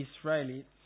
Israelites